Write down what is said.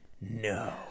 No